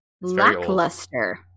lackluster